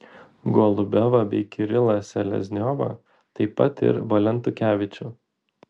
golubevą bei kirilą selezniovą taip pat ir valentukevičių